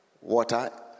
water